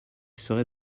serais